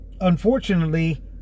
Unfortunately